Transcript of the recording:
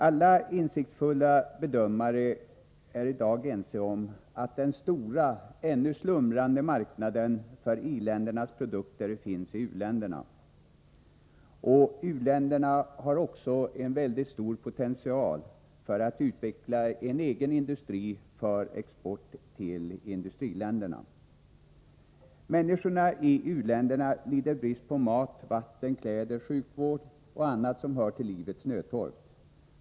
Alla insiktsfulla bedömare är i dag ense om att den stora, ännu slumrande marknaden för i-ländernas produkter finns i u-länderna. U-länderna har också en mycket stor potential för att utveckla en egen industri för export till industriländerna. Människorna i u-länderna lider brist på mat, vatten, kläder, sjukvård och annat som hör till livets nödtorft.